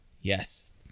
yes